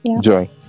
Joy